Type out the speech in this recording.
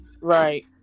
Right